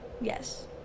Yes